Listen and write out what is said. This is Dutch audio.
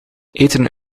eten